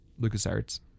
LucasArts